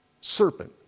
serpent